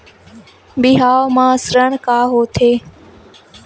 बिहाव म ऋण का होथे?